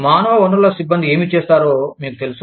మానవ వనరుల సిబ్బంది ఏమి చేస్తారో మీకు తెలుసు